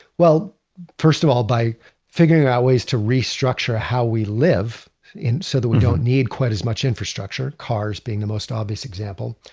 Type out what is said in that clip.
well first of all by figuring out ways to restructure how we live so that we don't need quite as much infrastructure, cars being the most obvious example.